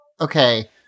okay